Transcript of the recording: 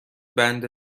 بند